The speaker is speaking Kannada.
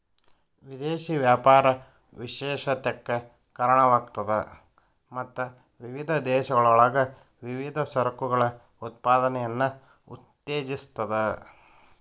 ವಿದೇಶಿ ವ್ಯಾಪಾರ ವಿಶೇಷತೆಕ್ಕ ಕಾರಣವಾಗ್ತದ ಮತ್ತ ವಿವಿಧ ದೇಶಗಳೊಳಗ ವಿವಿಧ ಸರಕುಗಳ ಉತ್ಪಾದನೆಯನ್ನ ಉತ್ತೇಜಿಸ್ತದ